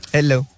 Hello